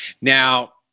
Now